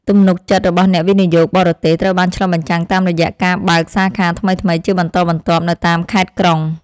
ទំនុកចិត្តរបស់អ្នកវិនិយោគបរទេសត្រូវបានឆ្លុះបញ្ចាំងតាមរយៈការបើកសាខាថ្មីៗជាបន្តបន្ទាប់នៅតាមខេត្តក្រុង។